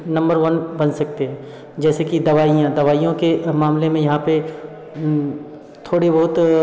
number one बन सकते है जैसे कि दवाईयाँ दवाईयों के मामले में यहाँ पे थोड़ी बहुत